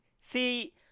See